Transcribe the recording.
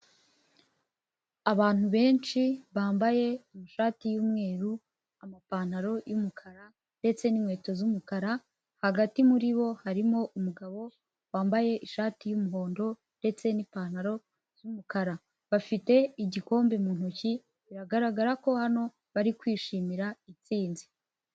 Abantu benshi bambaye amashati y'umweru, amapantaro y'umukara ndetse n'inkweto z'umukara, hagati muri bo harimo umugabo wambaye ishati y'umuhondo ndetse n'ipantaro z',umukara bafite igikombe mu ntoki biragaragara ko hano bari kwishimira intsinzi.